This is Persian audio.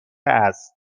است